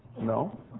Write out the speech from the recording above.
No